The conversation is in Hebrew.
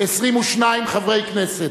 22 חברי כנסת,